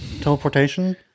teleportation